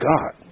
God